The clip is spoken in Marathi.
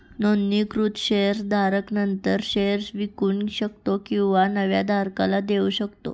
नोंदणीकृत शेअर धारक नंतर शेअर विकू शकतो किंवा नव्या धारकाला देऊ शकतो